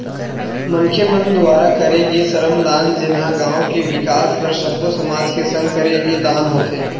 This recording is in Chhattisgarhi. मनखे मन दुवारा करे गे श्रम दान जेनहा गाँव के बिकास बर सब्बो समाज के संग करे गे दान होथे